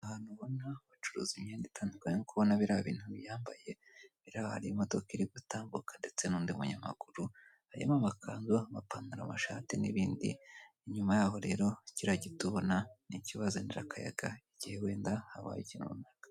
Abantu bacuruza imyenda itandukanye uri kubona biriya bintu biyambaye buriya imodoka iri gutambuka, ndetse n'undi manyamaguru hanyuma harimo amakanzu, amapantaro, amashati n'ibindi, inyuma yaho rero kiriya giti ubona ni ikibazanira akayaga igihe wenda habaye ikintu runaka.